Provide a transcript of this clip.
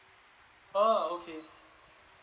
ah okay